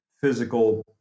physical